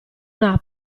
una